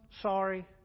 sorry